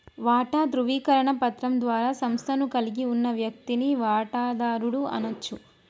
వాటా ధృవీకరణ పత్రం ద్వారా సంస్థను కలిగి ఉన్న వ్యక్తిని వాటాదారుడు అనచ్చు